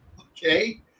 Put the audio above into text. Okay